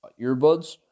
earbuds